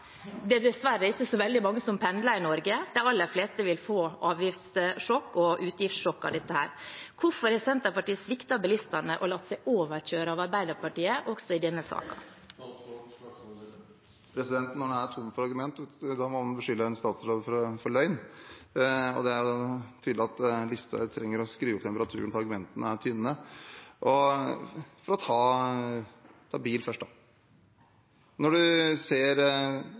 Det er dessverre ikke så veldig mange som pendler i Norge. De aller fleste vil få avgiftssjokk og utgiftssjokk av dette. Hvorfor har Senterpartiet sviktet bilistene og latt seg overkjøre av Arbeiderpartiet også i denne saken? Når man er tom for argumenter, må man beskylde en statsråd for løgn. Det er tydelig at Listhaug trenger å skru opp temperaturen når argumentene er tynne. For å ta bil først: Når man ser